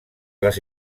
les